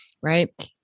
right